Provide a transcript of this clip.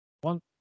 One